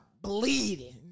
bleeding